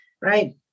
Right